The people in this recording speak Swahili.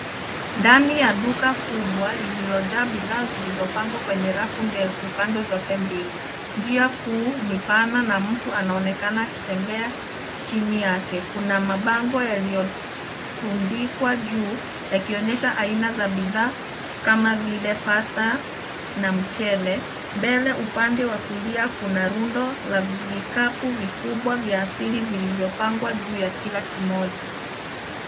Ndani ya duka kubwa, lililojaa bidhaa zilizopangwa kwenye rafu ndefu pande zote mbili. Njia kuu ni pana, na mtu anaonekana akitembea chini yake. Kuna mabango yaliyotundikwa juu, yakionyesha aina za bidhaa, kama vile pasta na mchele. Mbele upande wa kulia kuna rundo la vikapu vikubwa vya asili vilivyopangwa juu ya kila kimoja.